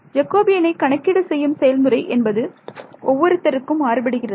ஜெகோபியனை கணக்கீடு செய்யும் செயல்முறை என்பது ஒவ்வொருத்தருக்கும் மாறுபடுகிறது